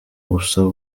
usaba